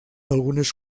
algunes